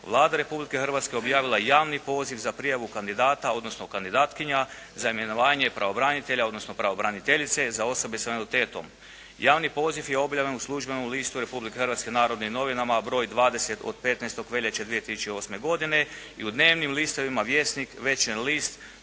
Vlada Republike Hrvatske objavila je javni poziv za prijavu kandidata odnosno kandidatkinja za imenovanje pravobranitelja odnosno pravobraniteljice za osobe s invaliditetom. Javni poziv je objavljenom u Službenom listu Republike Hrvatske "Narodnim novinama" broj 20 od 15. veljače 2008. godine i u dnevnim listovima "Vjesnik", "Večernji